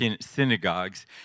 synagogues